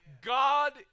God